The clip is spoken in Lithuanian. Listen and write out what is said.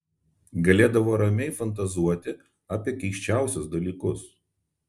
galėdavo ramiai fantazuoti apie keisčiausius dalykus